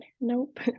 Nope